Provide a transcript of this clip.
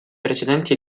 precedenti